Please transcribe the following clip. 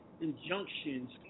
injunctions